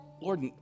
Lord